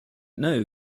know